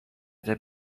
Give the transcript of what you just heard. del